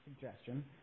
suggestion